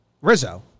Rizzo